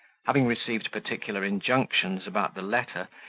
having received particular injunctions about the letter,